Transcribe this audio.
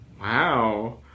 Wow